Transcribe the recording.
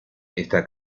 está